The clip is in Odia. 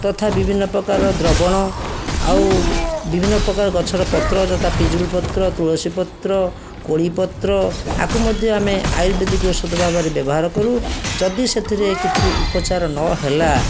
ତଥା ବିଭିନ୍ନ ପ୍ରକାରର ଦ୍ରବଣ ଆଉ ବିଭିନ୍ନ ପ୍ରକାର ଗଛର ପତ୍ର ଯଥା ପିଜୁଳି ପତ୍ର ତୁଳସୀ ପତ୍ର କୋଳି ପତ୍ର ଏହାକୁ ମଧ୍ୟ ଆମେ ଆୟୁର୍ବେଦିକ ଔଷଧ ଭାବରେ ବ୍ୟବହାର କରୁ ଯଦି ସେଥିରେ କିଛି ଉପଚାର ନହେଲା